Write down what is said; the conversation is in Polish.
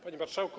Panie Marszałku!